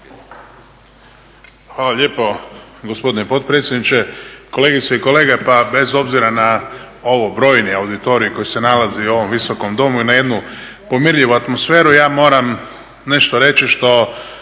Hvala lijepo gospodine potpredsjedniče. Kolegice i kolege pa bez obzira na ove brojne auditorije koji se nalazi u ovom visokom domu i na jednu pomirljivu atmosferu ja moram nešto reći što